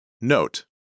Note